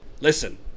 Listen